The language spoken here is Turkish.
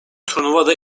turnuvada